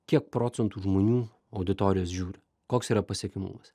kiek procentų žmonių auditorijos žiūri koks yra pasiekiamumas